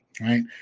right